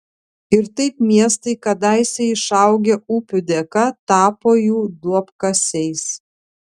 ir taip miestai kadaise išaugę upių dėka tapo jų duobkasiais